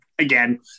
Again